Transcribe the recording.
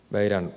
meidän